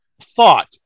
Thought